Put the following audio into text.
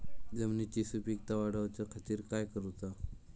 जमिनीची सुपीकता वाढवच्या खातीर काय करूचा?